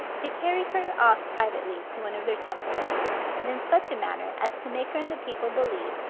they carry her off privately to one of their temples but in such a manner, as to make her and the people believe,